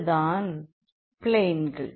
இதுதான் இப்போது பிளேன்கள்